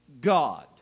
God